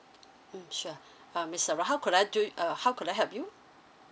mm sure uh miss sarah how could I do uh how could I help you